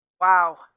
Wow